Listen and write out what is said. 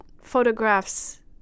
photographs